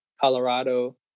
Colorado